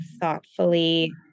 thoughtfully